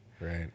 right